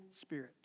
Spirit